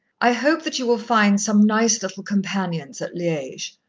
i hope that you will find some nice little companions at liege,